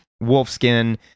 Wolfskin